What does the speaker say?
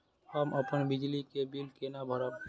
हम अपन बिजली के बिल केना भरब?